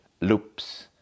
loops